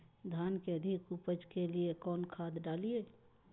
धान के अधिक उपज के लिए कौन खाद डालिय?